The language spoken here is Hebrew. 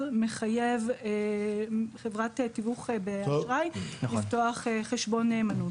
מחייב חברת תיווך באשראי לפתוח חשבון נאמנות.